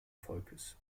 volkes